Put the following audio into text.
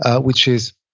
ah which is